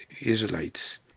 Israelites